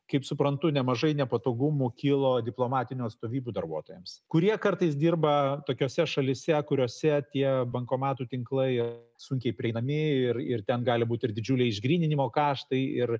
kaip suprantu nemažai nepatogumų kilo diplomatinių atstovybių darbuotojams kurie kartais dirba tokiose šalyse kuriose tie bankomatų tinklai sunkiai prieinami ir ir ten gali būti ir didžiuliai išgryninimo karštai ir